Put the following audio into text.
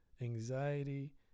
anxiety